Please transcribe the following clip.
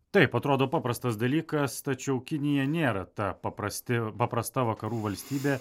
taip atrodo paprastas dalykas tačiau kinija nėra ta paprasti paprasta vakarų valstybė